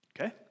Okay